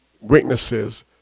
witnesses